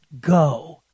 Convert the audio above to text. go